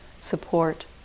support